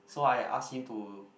so I ask him to